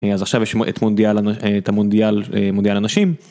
אז עכשיו יש לי את המונדיאל הנשים.